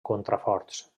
contraforts